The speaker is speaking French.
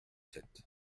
sept